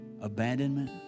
abandonment